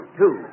two